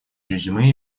резюме